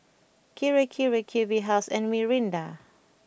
Kirei Kirei Q B House and Mirinda